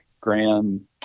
graham